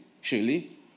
surely